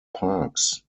parks